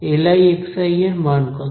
Li এর মান কত